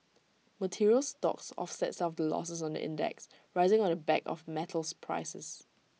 materials stocks offset some of the losses on the index rising on the back of metals prices